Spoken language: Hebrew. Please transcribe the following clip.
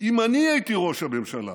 אם אני הייתי ראש הממשלה